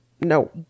No